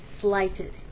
slighted